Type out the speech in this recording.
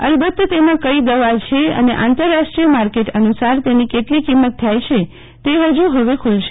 અલબત તેમાં કઈ દવા છે અને આંતરરાષ્ટ્રીય માર્કેટ અનુસાર તેની કેટલી કિંમત થાય છે તે હજું હવે ખુંલશે